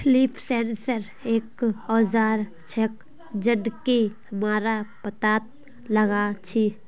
leaf sensor एक औजार छेक जननकी हमरा पत्ततात लगा छी